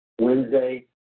Wednesday